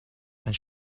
and